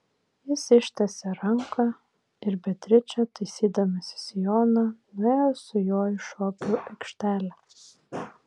jis ištiesė ranką ir beatričė taisydamasi sijoną nuėjo su juo į šokių aikštelę